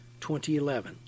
2011